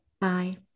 bye